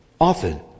often